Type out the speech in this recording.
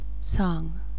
Song